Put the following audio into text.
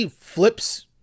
flips